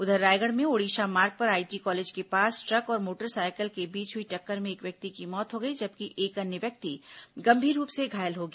उधर रायगढ़ में ओडिशा मार्ग पर आईटी कॉलेज के पास ट्रक और मोटरसाइकिल के बीच हुई टक्कर में एक व्यक्ति की मौत हो गई जबकि एक अन्य व्यक्ति गंभीर रूप से घायल हो गया